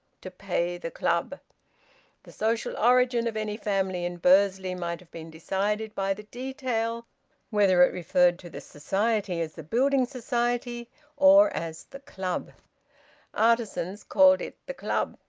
to pay the club the social origin of any family in bursley might have been decided by the detail whether it referred to the society as the building society or as the club artisans called it the club,